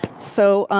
so,